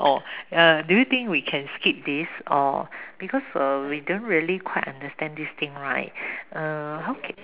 oh err do you think we can skip this or because err we don't really quite understand this thing right err how can